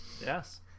yes